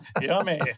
Yummy